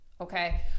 okay